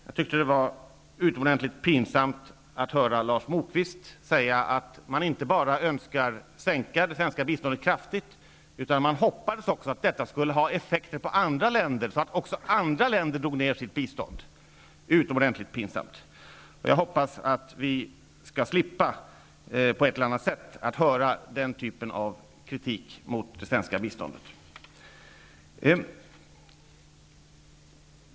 Jag tyckte att det var utomordentligt pinsamt att höra Lars Moquist säga att man inte bara önskar sänka det svenska biståndet kraftigt utan att man också hoppas att detta skall ha effekter på andra länder, så att också de drar ned på sitt bistånd. Det är utomordentligt pinsamt. Jag hoppas att vi på ett eller annat sätt skall slippa höra den typen av kritik mot det svenska biståndet.